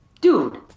Dude